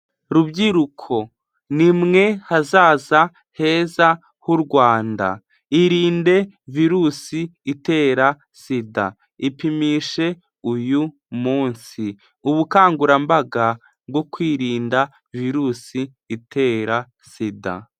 Rubyiruko ni mwe hazaza heza h'u Rwanda irinde virusi itera sida, ipimishe uyu munsi, ubukangurambaga bwo kwirinda virusi itera sida.